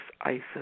Isis